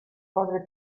padre